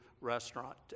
restaurant